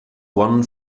one